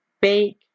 bake